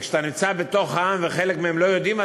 וכשאתה נמצא בתוך העם וחלק מהם לא יודעים,